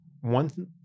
one